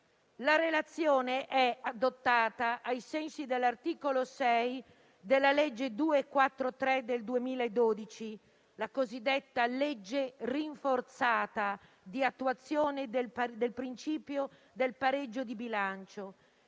La relazione è adottata ai sensi dell'articolo 6 della legge n. 243 del 2012, la cosiddetta legge rinforzata di attuazione del principio del pareggio di bilancio,